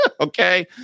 Okay